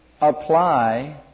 apply